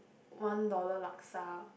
one dollar laksa